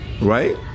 right